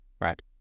Right